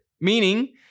meaning